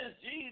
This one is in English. Jesus